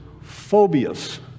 phobias